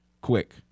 Quick